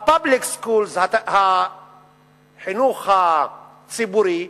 ה-Public Schools, החינוך הציבורי,